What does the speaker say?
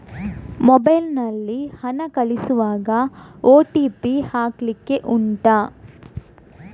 mobile ನಲ್ಲಿ ಹಣ ಕಳಿಸುವಾಗ ಓ.ಟಿ.ಪಿ ಹಾಕ್ಲಿಕ್ಕೆ ಉಂಟಾ